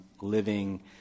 living